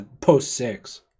post-six